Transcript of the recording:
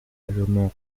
allemands